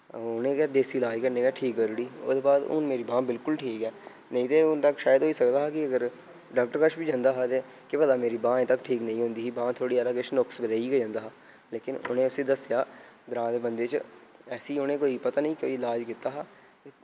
उ'नें गै देसी लाज कन्नै गै ठीक करूड़ी ओह्दे बाद हून मेरी बांह् बिल्कुल ठीक ऐ नेईं ते हून तक शायद होई सकदा हा कि अगर डाक्टर कच्छ बी जंदा हा ते केह् पता मेरी बांह् अजें तक्क ठीक नेईं होंदी ही बांह् थोह्ड़ी हारा किश नुक्स रेही जंदा हा लेकिन उ'नें उस्सी दस्सेआ ग्रांऽ दे बंदे च ऐसी उ'नें कोई पता निं कोई लाज कीता हा